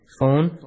Phone